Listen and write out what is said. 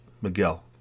Miguel